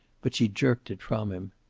but she jerked it from him.